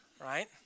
right